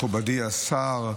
מכובדי השר,